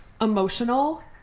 emotional